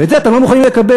ואת זה אתם לא מוכנים לקבל.